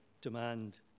demand